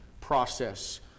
process